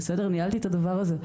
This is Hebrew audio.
ניהלתי את הדבר הזה,